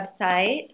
website